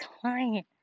client